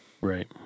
Right